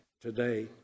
today